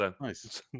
Nice